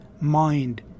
mind